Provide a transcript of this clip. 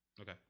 Okay